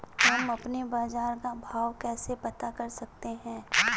हम अपने बाजार का भाव कैसे पता कर सकते है?